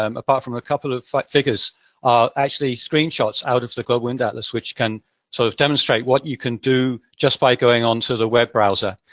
um apart from a couple of figures, are actually screenshots out of the global wind atlas, which can so sort demonstrate what you can do just by going onto the web browser.